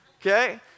Okay